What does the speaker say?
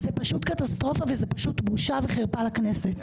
זאת פשוט קטסטרופה וזאת פשוט בושה וחרפה לכנסת.